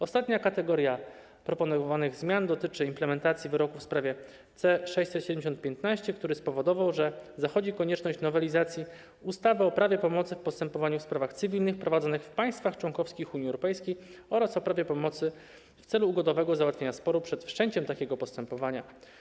Ostatnia kategoria proponowanych zmian dotyczy implementacji wyroku w sprawie C-670/15, który spowodował, że zachodzi konieczność nowelizacji ustawy o prawie pomocy w postępowaniach w sprawach cywilnych prowadzonych w państwach członkowskich Unii Europejskiej oraz o prawie pomocy w celu ugodowego załatwienia sporu przed wszczęciem takiego postępowania.